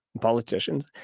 politicians